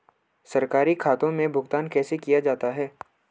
सरकारी खातों में भुगतान कैसे किया जाता है?